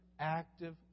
active